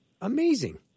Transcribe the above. amazing